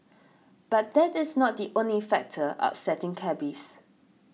but that is not the only factor upsetting cabbies